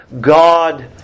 God